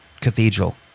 Cathedral